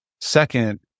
Second